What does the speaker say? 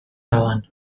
ahoan